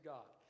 God